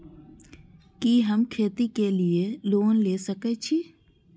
कि हम खेती के लिऐ लोन ले सके छी?